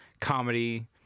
comedy